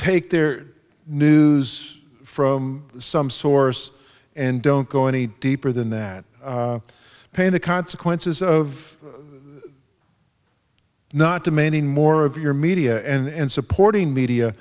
take their news from some source and don't go any deeper than that paying the consequences of not demanding more of your media and supporting media